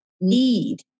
need